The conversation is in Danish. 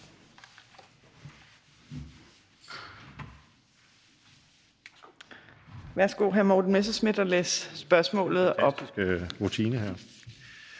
Værsgo, hr. Morten Messerschmidt, at læse spørgsmålet op.